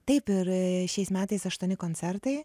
taip ir šiais metais aštuoni koncertai